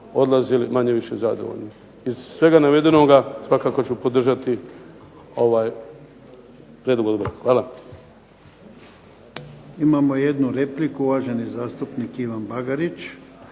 odlazili manje-više zadovoljni. Iz svega navedenoga svakako ću podržati ovaj prijedlog odbora. Hvala. **Jarnjak, Ivan (HDZ)** Imamo jednu repliku, uvaženi zastupnik Ivan Bagarić.